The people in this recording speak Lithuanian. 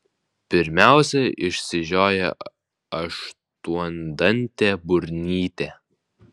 pirmiausia išsižioja aštuondantė burnytė